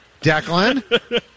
Declan